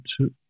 two